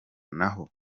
naho